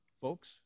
folks